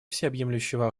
всеобъемлющего